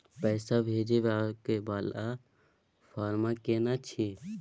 पैसा भेजबाक वाला फारम केना छिए?